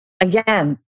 Again